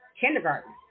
kindergarten